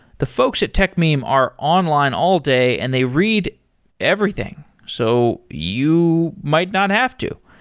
the folks at techmeme are online all day and they read everything so you might not have to.